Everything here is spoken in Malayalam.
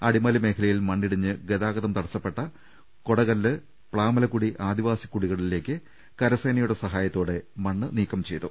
അടിമാലി മേഖലയിൽ മണ്ണിടിഞ്ഞ് ഗൃതാഗൃതം തടസ്സ പ്പെട്ട കൊടകല്ല് പ്ലാമലക്കുടി ആദിവാസി കുടികളി ലേക്ക് കരസേനയുടെ സഹായത്തോടെ മണ്ണ് നീക്കം ചെയ്തു